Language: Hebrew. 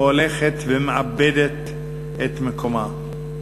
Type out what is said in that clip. הולכת ומאבדת את מקומה.